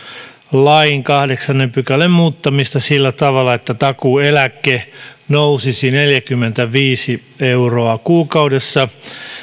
lain kahdeksannen pykälän muuttamista sillä tavalla että takuueläke nousisi neljäkymmentäviisi euroa kuukaudessa